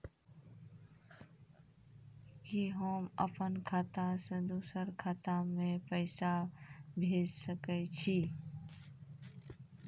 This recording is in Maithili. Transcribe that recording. कि होम अपन खाता सं दूसर के खाता मे पैसा भेज सकै छी?